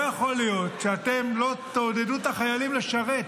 לא יכול להיות שאתם לא תעודדו את החיילים לשרת.